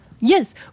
Yes